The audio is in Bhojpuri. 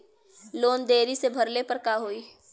लोन देरी से भरले पर का होई?